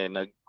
nag